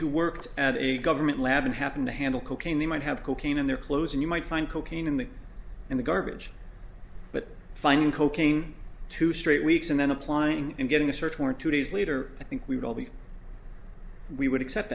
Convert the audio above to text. who worked at a government lab and happened to handle cocaine they might have cocaine in their clothes and you might find cocaine in the in the garbage but finding cocaine to straight weeks and then applying and getting a search warrant two days later i think we'd all be we would accept